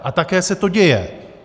A také se to děje.